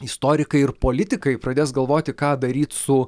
istorikai ir politikai pradės galvoti ką daryt su